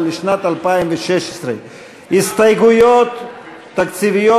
אבל לשנת 2016. הסתייגויות תקציביות